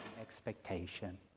expectation